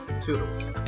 Toodles